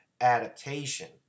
adaptation